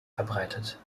verbreitet